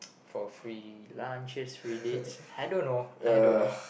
for free lunches free dates I don't know I don't know